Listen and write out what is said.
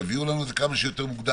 תביאו לנו את זה כמה שיותר מוקדם,